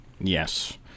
Yes